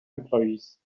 employees